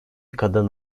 kadın